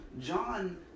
John